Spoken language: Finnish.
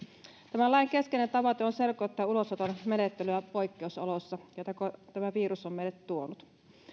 tämän lain keskeinen tavoite on selkeyttää ulosoton menettelyä poikkeusoloissa joita tämä virus on meille tuonut